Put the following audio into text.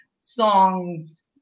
songs